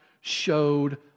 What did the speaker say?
showed